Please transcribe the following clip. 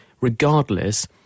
regardless